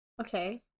okay